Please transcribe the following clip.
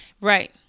Right